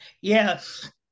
yes